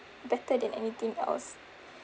better than anything else